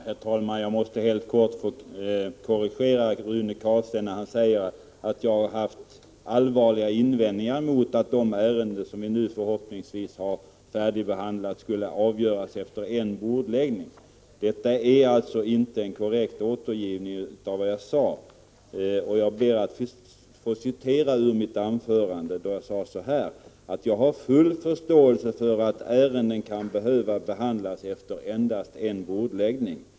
Herr talman! Jag måste helt kort korrigera Rune Carlstein, när han säger att jag har haft allvarliga invändningar mot att de ärenden som vi nu förhoppningsvis har färdigbehandlat skulle avgöras efter endast en bordläggning. Detta är alltså inte en korrekt återgivning av mina ord, och jag ber därför att få upprepa vad jag sade i mitt anförande: Jag har full förståelse för att ärenden kan behöva behandlas efter endast en bordläggning.